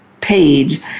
page